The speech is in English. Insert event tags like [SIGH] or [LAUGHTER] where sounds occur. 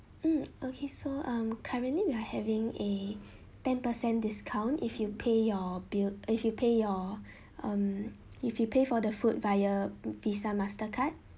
mm okay so um currently we are having a ten percent discount if you pay your bill if you pay your [BREATH] um if you pay for the food via Visa Mastercard